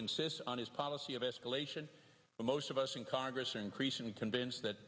insists on his policy of escalation for most of us in congress are increasingly convinced that